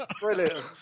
Brilliant